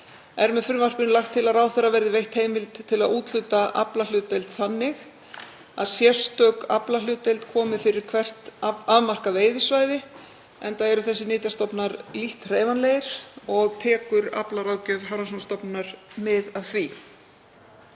er með frumvarpinu lagt til að ráðherra verði veitt heimild til að úthluta aflahlutdeild þannig að sérstök aflahlutdeild komi fyrir hvert afmarkað veiðisvæði, enda eru þessir nytjastofnar lítt hreyfanlegir og tekur aflaráðgjöf Hafrannsóknastofnunar mið af því.